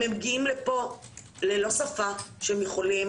הם מגיעים לפה ללא שפה שהם יכולים